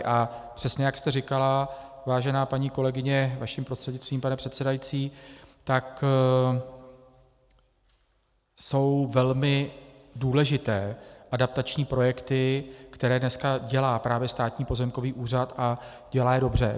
A přesně jak jste říkala, vážená paní kolegyně, vaším prostřednictvím, pane předsedající, tak jsou velmi důležité adaptační projekty, které dneska dělá právě Státní pozemkový úřad a dělá je dobře.